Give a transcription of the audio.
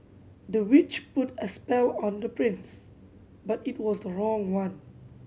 the witch put a spell on the prince but it was the wrong one